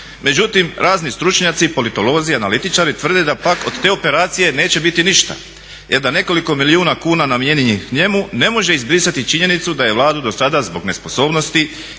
Međutim, razni stručnjaci, politolozi, analitičari tvrde da pak od te operacije neće biti ništa jer da nekoliko milijuna kuna namijenjenih njemu ne može izbrisati činjenicu da je Vladu do sada zbog nesposobnosti